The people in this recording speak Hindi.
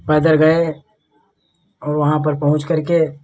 पैदल गए और वहाँ पर पहुँचकर के